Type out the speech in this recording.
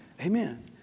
Amen